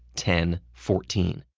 ten, fourteen.